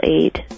aid